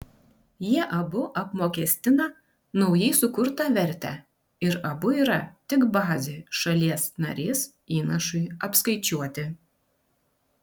jie abu apmokestina naujai sukurtą vertę ir abu yra tik bazė šalies narės įnašui apskaičiuoti